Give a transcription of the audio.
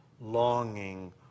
longing